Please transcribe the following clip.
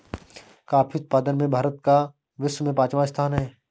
coffee उत्पादन में भारत का विश्व में पांचवा स्थान है